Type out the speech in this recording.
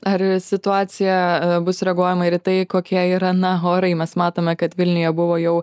ar situacija bus reaguojama ir į tai kokie yra na orai mes matome kad vilniuje buvo jau